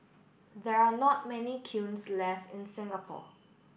there are not many kilns left in Singapore